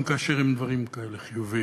גם כאשר הם דברים כאלה חיוביים.